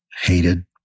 hated